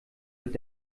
mit